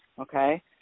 okay